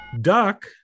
duck